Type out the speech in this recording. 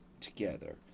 together